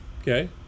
Okay